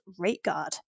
RateGuard